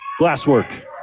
glasswork